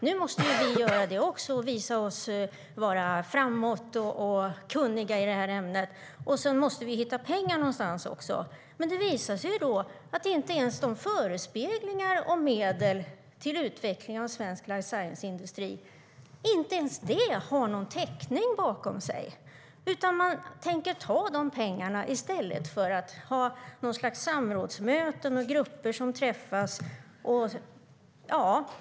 Nu måste vi också göra det och visa oss framåt och kunniga i det här ämnet, och så måste vi hitta pengar någonstans också. Då visar det sig att inte ens förespeglingarna om medel till utveckling av svensk life science-industri har någon täckning. De pengarna tänker man i stället ta för att ha något slags samrådsmöten och grupper som träffas.